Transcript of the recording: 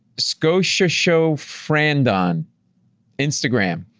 scoshashofrandon instagram,